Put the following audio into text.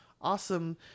Awesome